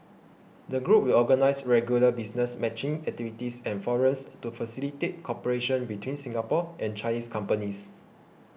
the group will organise regular business matching activities and forums to facilitate cooperation between Singapore and Chinese companies